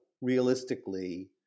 realistically